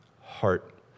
heart